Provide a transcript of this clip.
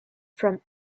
from